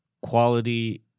quality